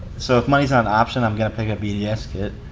so, if money's not an option, i'm gonna pick a bds kit.